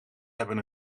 hebben